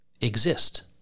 exist